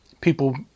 people